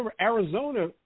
Arizona